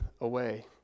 away